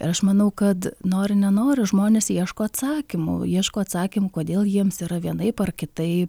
ir aš manau kad nori nenori žmonės ieško atsakymų ieško atsakymų kodėl jiems yra vienaip ar kitaip